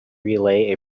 relay